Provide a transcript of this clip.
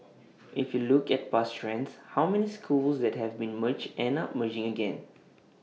if you look at past trends how many schools that have been merged end up merging again